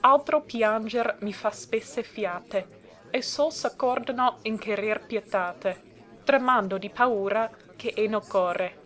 altro pianger mi fa spesse fiate e sol s'accordano in cherer pietate tremando di paura che è nel core